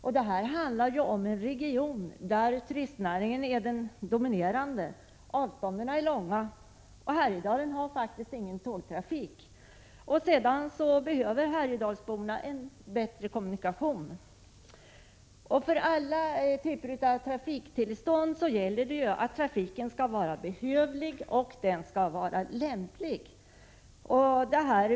Men det handlar här om en region där turistnäringen är den dominerande. Avstånden är långa, och Härjedalen har faktiskt ingen tågtrafik. Härjedalsborna behöver alltså en bättre kommunikation. För alla typer av trafiktillstånd krävs att trafiken skall vara behövlig och att den skall vara lämplig.